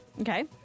Okay